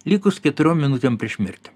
likus keturiom minutėm prieš mirtį